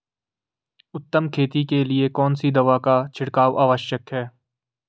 उत्तम खेती के लिए कौन सी दवा का छिड़काव आवश्यक है?